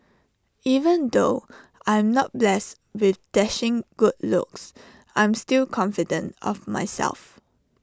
even though I'm not blessed with dashing good looks I am still confident of myself